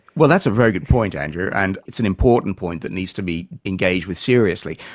well that's a very good point andrew, and it's an important point that needs to be engaged with seriously.